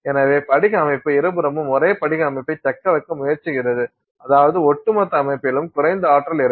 எனவே படிக அமைப்பு இருபுறமும் ஒரே படிக அமைப்பைத் தக்கவைக்க முயற்சிக்கிறது அதாவது ஒட்டுமொத்த அமைப்பிலும் குறைந்த ஆற்றல் இருக்கும்